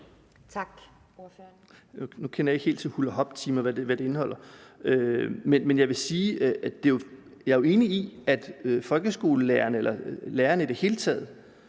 Jacob Jensen (V): Nu kender jeg ikke helt til hulahoptimer, og hvad de indeholder. Men jeg vil sige, at jeg er enig i, at folkeskolelærerne eller lærerne i det hele taget